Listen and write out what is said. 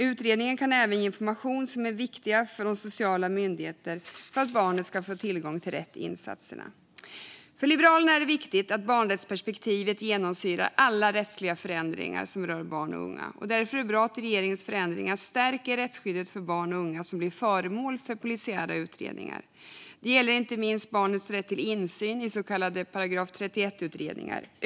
Utredningen kan även ge information som är viktig för de sociala myndigheterna för att barnet ska få tillgång till rätt insatser. För Liberalerna är det viktigt att barnrättsperspektivet genomsyrar alla rättsliga förändringar som rör barn och unga. Därför är det bra att regeringens förändringar stärker rättsskyddet för barn och unga som blir föremål för polisiära utredningar. Det gäller inte minst barnets rätt till insyn i så kallade paragraf 31-utredningar.